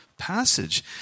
passage